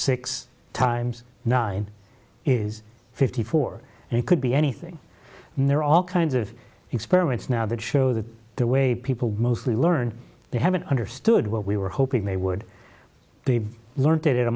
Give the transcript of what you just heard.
six times nine is fifty four and it could be anything and there are all kinds of experiments now that show that the way people mostly learn they haven't understood what we were hoping they would be learnt at a